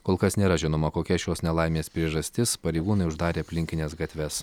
kol kas nėra žinoma kokia šios nelaimės priežastis pareigūnai uždarė aplinkines gatves